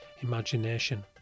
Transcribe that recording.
imagination